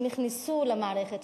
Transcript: שנכנסו למערכת,